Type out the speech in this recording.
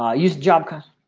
ah use job